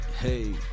Hey